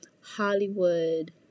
Hollywood